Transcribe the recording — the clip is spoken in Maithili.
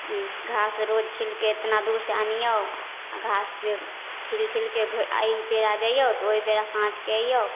घास रोज छिलिके एतना दूरसँ आनिऔ आओर घास से छिलि छिलिके भऽ अइबेरा जाइऔ तऽ ओहिबेरा साँझके आइऔ